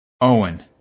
Owen